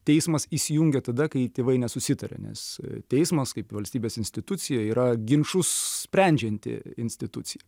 teismas įsijungia tada kai tėvai nesusitaria nes teismas kaip valstybės institucija yra ginčus sprendžianti institucija